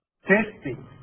Testing